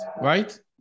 right